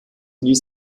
ließ